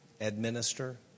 administer